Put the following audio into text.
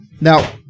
now